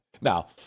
Now